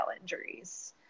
injuries